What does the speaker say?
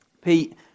Pete